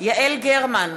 יעל גרמן,